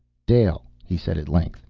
dale, he said at length,